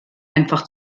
einfach